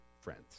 friends